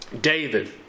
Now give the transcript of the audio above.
David